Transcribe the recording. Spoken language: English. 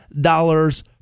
dollars